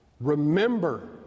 remember